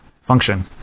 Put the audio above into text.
function